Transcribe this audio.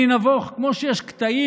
כשהם